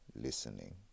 listening